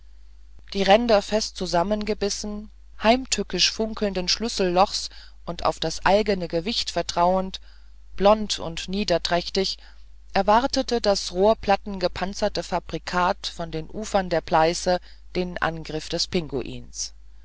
die ränder fest zusammengebissen heimtückisch funkelnden schlüssellochs und auf das eigene gewicht vertrauend blond und niederträchtig erwartete das rohrplattengepanzerte fabrikat von den ufern der pleiße den angriff des pinguins